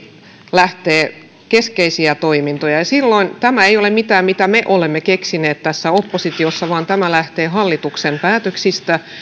lähtee keskeisiä toimintoja ja silloin tämä ei ole mitään mitä me olemme keksineet tässä oppositiossa vaan tämä lähtee hallituksen päätöksistä